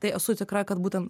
tai esu tikra kad būten